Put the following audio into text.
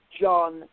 John